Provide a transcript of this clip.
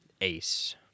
ace